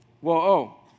Whoa